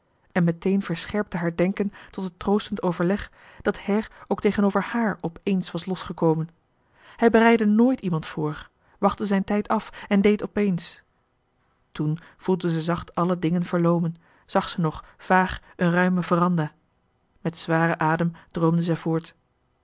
en meteen verscherpte haar denken tot het troostend overleg dat her ook tegenover haar opééns was losgekomen hij bereidde nooit iemand voor wachtte zijn tijd af en deed opééns toen voelde ze zacht alle dingen verloomen zag ze nog vaag een ruime veranda met zwaren adem droomde zij voort